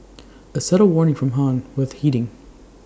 A subtle warning from han worth heeding